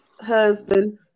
husband